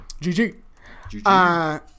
GG